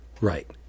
Right